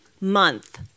month